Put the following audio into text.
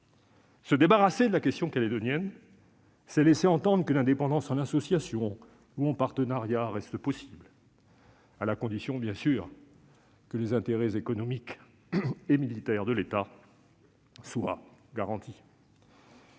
Se débarrasser de la question calédonienne, c'est laisser entendre qu'une indépendance en association ou en partenariat reste possible, à la condition, bien sûr, que les intérêts économiques et militaires de l'État soient garantis.